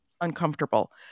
uncomfortable